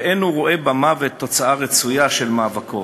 ואין הוא רואה במוות תוצאה רצויה של מאבקו.